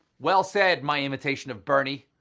well said my imitation of bernie.